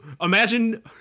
imagine